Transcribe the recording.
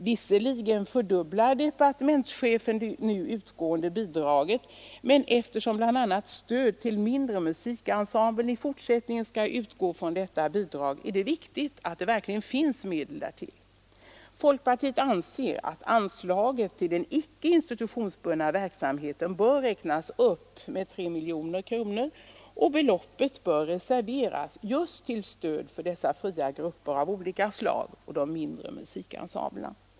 Visserligen fördubblar departementschefen det nu utgående bidraget, men eftersom bl.a. stöd till mindre musikensembler i fortsättningen skall utgå från detta bidrag är det viktigt att det verkligen finns medel därtill. Folkpartiet anser att anslaget till den icke institutionsbundna verksamheten bör räknas upp med 3 miljoner kronor och att beloppet bör reserveras just för stöd till fria grupper av olika slag och till mindre musikensembler.